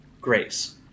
Grace